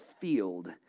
field